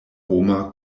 homa